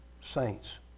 saints